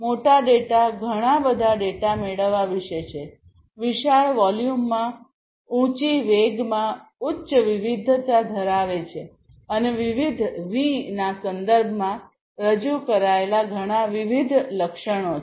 મોટા ડેટા ઘણાં બધાં ડેટા મેળવવા વિશે છે વિશાળ વોલ્યુમમાં ઉંચી વેગમાં ઉચ્ચ વિવિધતા ધરાવે છે અને વિવિધ 'વિ' ના સંદર્ભમાં રજૂ કરાયેલા ઘણાં વિવિધ લક્ષણો છે